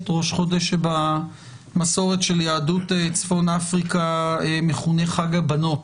ראש חודש שבמסורת של יהדות צפון אפריקה מכונה חג הבנות